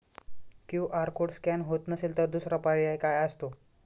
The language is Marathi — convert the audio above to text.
क्यू.आर कोड स्कॅन होत नसेल तर दुसरा पर्याय काय असतो?